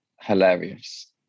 hilarious